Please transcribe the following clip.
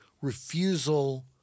refusal